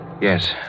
Yes